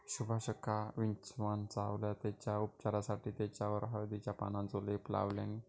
सुभाषका विंचवान चावल्यान तेच्या उपचारासाठी तेच्यावर हळदीच्या पानांचो लेप लावल्यानी